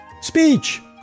Speech